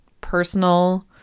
personal